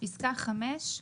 בפסקה (5),